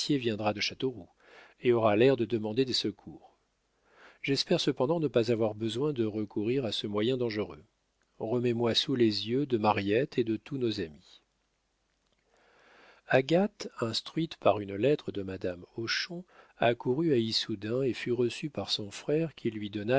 de châteauroux et aura l'air de demander des secours j'espère cependant ne pas avoir besoin de recourir à ce moyen dangereux remets moi sous les yeux de mariette et de tous nos amis agathe instruite par une lettre de madame hochon accourut à issoudun et fut reçue par son frère qui lui donna